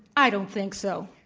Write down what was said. i don't think so.